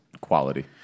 quality